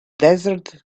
desert